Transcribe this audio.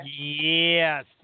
Yes